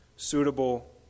suitable